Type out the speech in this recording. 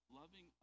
loving